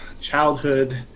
childhood